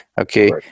okay